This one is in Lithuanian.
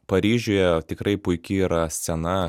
paryžiuje tikrai puiki yra scena